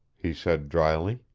he said drily.